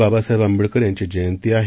बाबासाहेब आंबेडकर यांची जयंती आहे